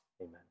amen